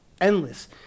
endless